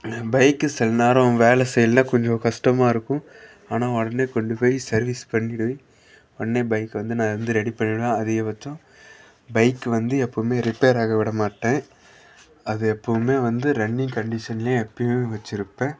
என் bike சில நேரம் வேலை செய்யலன்னா கொஞ்சம் கஷ்டமா இருக்கும் ஆனால் உடனே கொண்டு போய் சர்வீஸ் பண்ணிவிடுவேன் உடனே பைக்கை வந்து நான் வந்து ரெடி பண்ணிவிடுவேன் அதிகபட்சம் பைக் வந்து எப்போவுமே ரிப்பேர் ஆக விட மாட்டேன் அது எப்போவுமே வந்து ரன்னிங் கண்டிஷன்லேயே எப்போயுமே வச்சிருப்பேன்